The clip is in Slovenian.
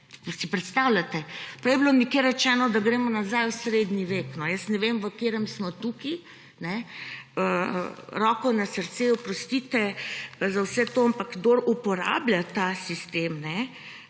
Si predstavljate? Prej je bilo nekje rečeno, da gremo nazaj v srednji vek. No, ne vem, v katerem smo tukaj. Roko na srce, oprostite za vse to, ampak kdor uporablja ta sistem, pa